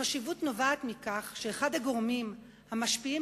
החשיבות נובעת מכך שאחד הגורמים המשפיעים